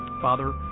Father